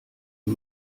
die